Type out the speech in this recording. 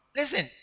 listen